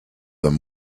them